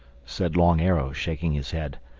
said long arrow shaking his head.